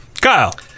kyle